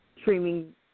streaming